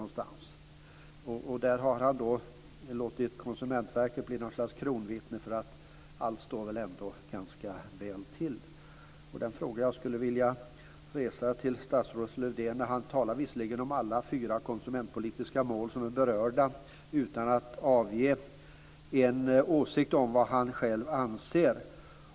Han har låtit Konsumentverket bli något slags kronvittne för att allt ändå står ganska väl till. Då skulle jag vilja ställa en fråga till statsrådet Lövdén. Han talar visserligen om alla de fyra konsumentpolitiska mål som är berörda, men utan att avge en åsikt, utan att säga vad han själv anser.